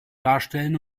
darstellen